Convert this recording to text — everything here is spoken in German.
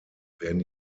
werden